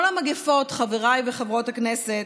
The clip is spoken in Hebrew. כל המגפות, חברי וחברות הכנסת,